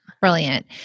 Brilliant